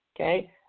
Okay